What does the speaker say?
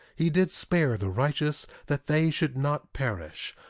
he did spare the righteous that they should not perish,